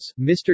Mr